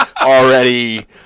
already